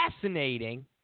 fascinating